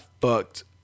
fucked